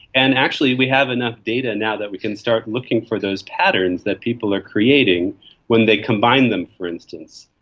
and actually we have enough data now that we can start looking for those patterns that people are creating when they combine them, for instance.